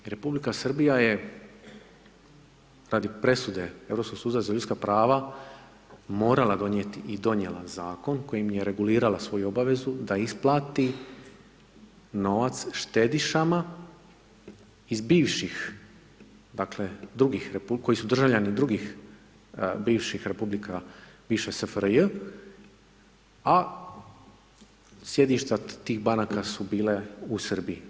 Republika Srbija je radi presude Europskog suda za ljudska prava morala donijeti i donijela zakon kojim je regulirala svoju obavezu da isplati novac štedišama iz bivših, dakle drugih, koji su državljani drugih bivših replika, biše SFRJ a sjedišta tih banaka su bile u Srbiji.